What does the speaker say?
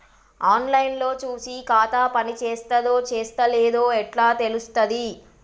On line లో చూసి ఖాతా పనిచేత్తందో చేత్తలేదో ఎట్లా తెలుత్తది?